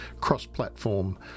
cross-platform